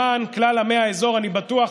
למען כלל עמי האזור, אני בטוח.